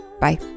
Bye